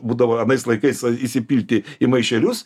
būdavo anais laikais įsipilti į maišelius